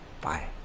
bye